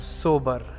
sober